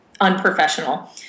unprofessional